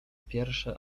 pierwsze